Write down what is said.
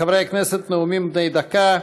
חברי הכנסת, נאומים בני דקה.